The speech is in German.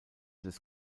des